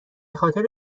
خاطر